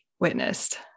witnessed